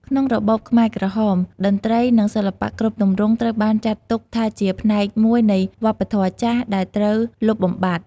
ក្នុងរបបខ្មែរក្រហម តន្ត្រី និងសិល្បៈគ្រប់ទម្រង់ត្រូវបានចាត់ទុកថាជាផ្នែកមួយនៃ វប្បធម៌ចាស់ ដែលត្រូវលុបបំបាត់។